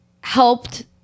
helped